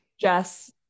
Jess